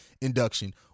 induction